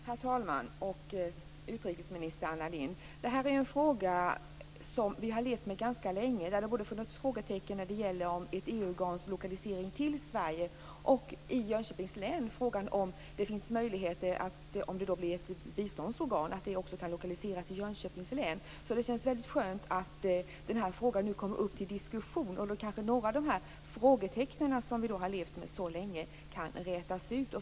Herr talman och utrikesminister Anna Lindh! Det här är en fråga som vi har levt med ganska länge. Det har funnits frågetecken när det gäller ett EU-organs lokalisering till Sverige och om det, om det blir ett biståndsorgan, finns möjlighet att det blir lokaliserat till Jönköpings län. Därför känns det skönt att den här frågan nu kom upp till diskussion. Då kanske några av de frågetecken som vi har levt med så länge kan rätas ut.